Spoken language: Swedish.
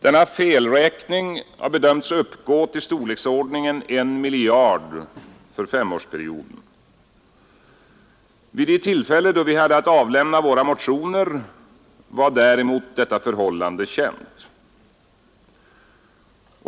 Denna felräkning har bedömts uppgå till storleksordningen 1 miljard kronor för femårsperioden. Vid det tillfälle då vi hade att avlämna våra motioner var detta förhållande känt.